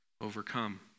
overcome